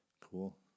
Cool